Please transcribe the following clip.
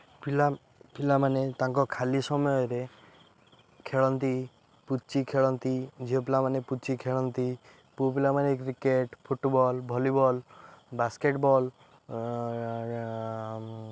ପିଲା ପିଲାମାନେ ତାଙ୍କ ଖାଲି ସମୟରେ ଖେଳନ୍ତି ପୁଚି ଖେଳନ୍ତି ଝିଅ ପିଲାମାନେ ପୁଚି ଖେଳନ୍ତି ପୁଅ ପିଲାମାନେ କ୍ରିକେଟ୍ ଫୁଟବଲ୍ ଭଲିବଲ୍ ବାସ୍କେଟ୍ବଲ୍